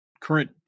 current